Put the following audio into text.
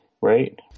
right